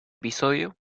episodio